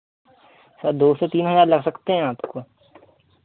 sir दो से तीन हज़ार लग सकते हैं आपको